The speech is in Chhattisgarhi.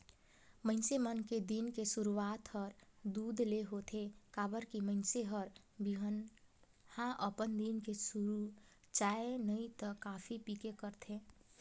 मइनसे मन के दिन के सुरूआत हर दूद ले होथे काबर की मइनसे हर बिहनहा अपन दिन के सुरू चाय नइ त कॉफी पीके करथे